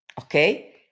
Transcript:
okay